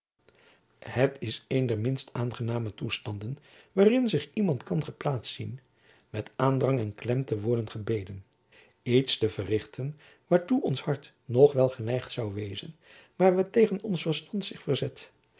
het is een der minst aangename toestanden waarin zich iemand kan geplaatst zien met aandrang en klem te worden gebeden iets te verrichten waartoe ons hart nog wel geneigd zoû wezen maar waartegen ons verstand zich verzet